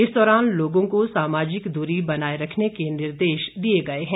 इस दौरान लोगों को सामाजिक दूरी बनाए रखने के निर्देश दिये गए हैं